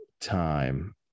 time